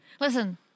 Listen